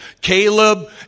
Caleb